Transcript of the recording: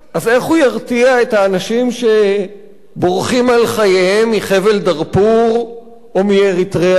אז איך הוא ירתיע את האנשים שבורחים על חייהם מחבל דארפור או מאריתריאה?